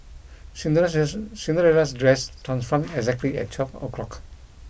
Cinderella's Cinderella's dress transformed exactly at twelve o'clock